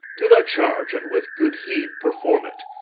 to thy charge! and with good heed perform it.